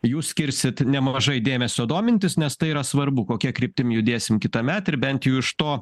jūs skirsit nemažai dėmesio domintis nes tai yra svarbu kokia kryptim judėsim kitąmet ir bent jau iš to